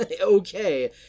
okay